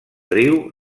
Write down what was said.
riu